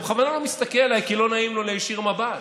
הוא בכוונה לא מסתכל אליי כי לא נעים לו להישיר מבט.